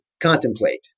contemplate